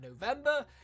november